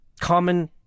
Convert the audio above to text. common